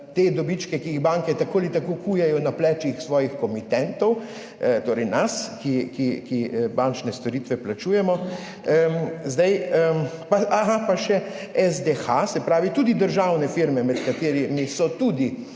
te dobičke, ki jih banke tako ali tako kujejo na plečih svojih komitentov, torej nas, ki bančne storitve plačujemo. Aha, pa še SDH, se pravi tudi državne firme, med katerimi so tudi